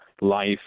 life